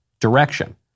direction